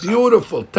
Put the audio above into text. Beautiful